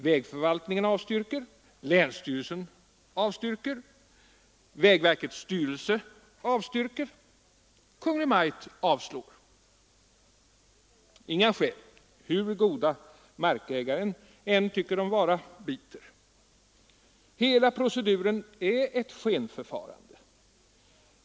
Vägförvaltningen avstyrker, länsstyrelsen avstyrker, vägverkets styrelse avstyrker, Kungl. Maj:t avslår. Inga skäl, hur goda markägaren än tycker dem vara, biter. Hela proceduren är ett skenförfarande.